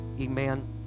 amen